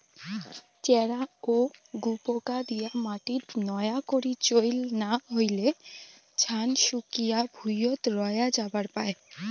চ্যারা ও গুপোকা দিয়া মাটিত নয়া করি চইল না হইলে, ছান শুকিয়া ভুঁইয়ত রয়া যাবার পায়